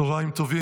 צוהריים טובים.